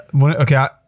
Okay